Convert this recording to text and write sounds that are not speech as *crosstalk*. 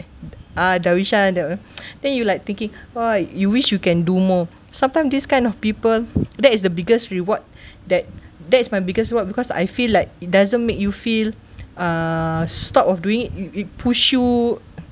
uh darwishan the *breath* *noise* then you like thinking !wah! you wish you can do more sometimes this kind of people that is the biggest reward *breath* that that is my biggest reward because I feel like it doesn't make you feel uh stop of doing it it push you